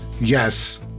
Yes